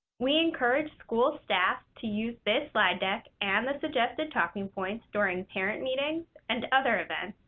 we encourage school staff to use this slide deck and the suggested talking points during parent meetings and other events,